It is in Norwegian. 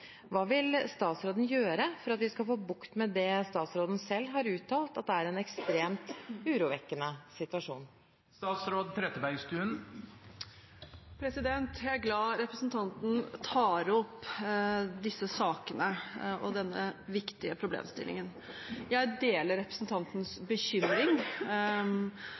Hva vil statsråden gjøre for at vi skal få bukt med det statsråden selv har uttalt at er en ekstremt urovekkende situasjon?» Jeg er glad for at representanten tar opp disse sakene og denne viktige problemstillingen. Jeg deler